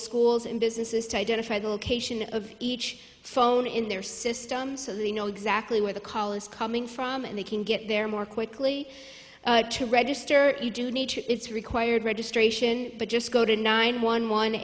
schools and businesses to identify the location of each phone in their system so they know exactly where the call is coming from and they can get there more quickly to register it you do need it's required registration but just go to nine one one